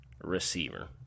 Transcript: receiver